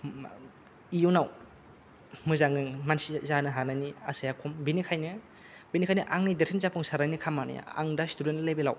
इउनाव मोजां मानसि जानो हानायनि आसाया खम बिनिखायनो बिनिखायनो आंनि देरसिन जाफुंसारनायनि खामानिया आं दा स्टुडेन्ट लेबेलाव